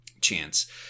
chance